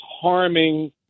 harming